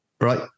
Right